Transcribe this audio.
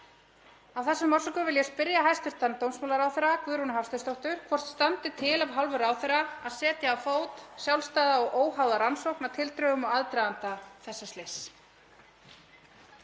Af þessum orsökum vil ég spyrja hæstv. dómsmálaráðherra, Guðrúnu Hafsteinsdóttur, hvort standi til af hálfu ráðherra að setja á fót sjálfstæða og óháða rannsókn á tildrögum og aðdraganda þessa slyss.